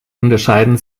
unterscheiden